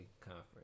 Conference